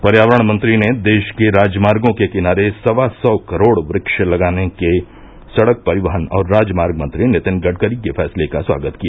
पर्यावरण मंत्री ने देश के राजमार्गों के किनारे सवा सौ करोड़ क्ष लगाने के सड़क परिवहन और राजमार्ग मंत्री नितिन गड़करी के फैसले का स्वागत किया